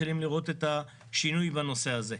מתחילים לראות את השינוי בנושא הזה.